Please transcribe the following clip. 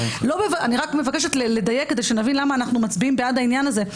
אני רק מבקשת לדייק כדי שנבין למה אנחנו מצביעים בעד העניין הזה.